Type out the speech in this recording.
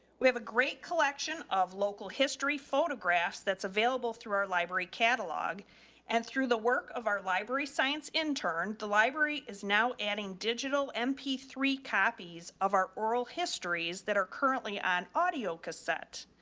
we have a great collection of local history photographs that's available through our library catalog and through the work of our library science intern. the library is now adding digital mp, three copies of our oral histories that are currently on audio cassette.